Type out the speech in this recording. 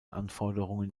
anforderungen